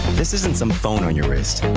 this isn't some phone on your.